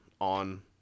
on